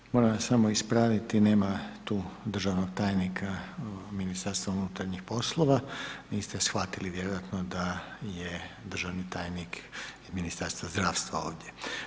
Ovaj, moram samo ispraviti, nema tu državnog tajnika Ministarstva unutarnjih poslova, niste shvatili vjerojatno da je državni tajnik iz Ministarstva zdravstva ovdje.